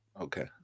Okay